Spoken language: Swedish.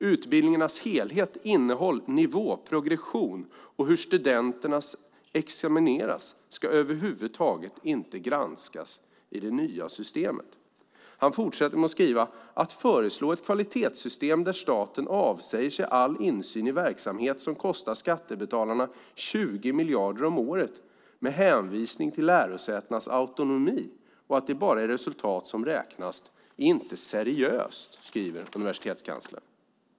Utbildningarnas helhet, innehåll, nivå, progression och hur studenterna examineras ska över huvud taget inte granskas i det nya systemet. Han fortsätter med att skriva: Att föreslå ett kvalitetssystem där staten avsäger sig all insyn i verksamhet som kostar skattebetalarna 20 miljarder om året med hänvisning till lärosätenas autonomi och att det bara är resultaten som räknas är inte seriöst.